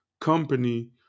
company